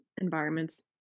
environments